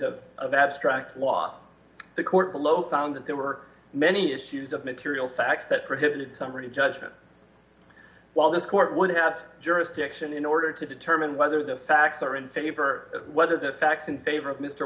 issues of abstract law the court below found that there were many issues of material facts that prohibited summary judgment while the court would have jurisdiction in order to determine whether the facts are in favor of whether the facts in favor of mr